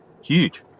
Huge